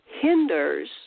hinders